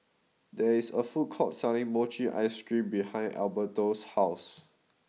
there is a food court selling mochi ice cream behind Alberto's house